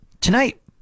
tonight